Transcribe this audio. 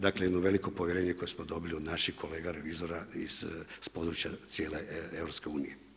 Dakle, jedno veliko povjerenje koje smo dobili od naših kolega revizora s područja cijele EU.